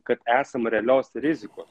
kad esama realios rizikos